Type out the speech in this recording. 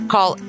Call